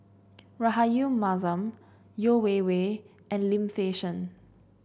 Rahayu Mahzam Yeo Wei Wei and Lim Fei Shen